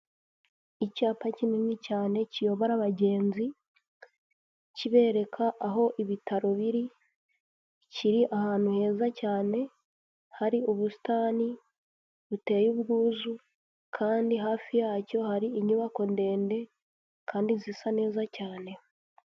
Icyapa kinini cyane, kiyobora abagenzi, kibereka aho ibitaro biri, kiri ahantu heza cyane, hari ubusitani buteye ubwuzu, kandi hafi yacyo hari inyubako ndende, kandi zisa neza cyane.